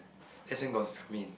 that's when got zoom in